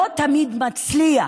לא תמיד מצליח,